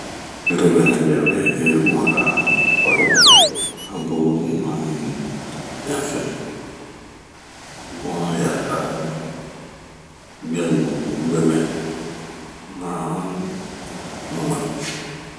dirobenɛ ya bɛhee a paro, ma buru ma ɛnfɛn ,bunyaa aa bwiaɲu, bwemɛn, maa nmugwɛnu